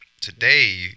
today